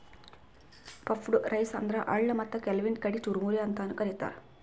puffed rice ಅಂದ್ರ ಅಳ್ಳ ಮತ್ತ್ ಕೆಲ್ವನ್ದ್ ಕಡಿ ಚುರಮುರಿ ಅಂತಾನೂ ಕರಿತಾರ್